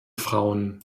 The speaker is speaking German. frauen